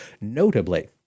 Notably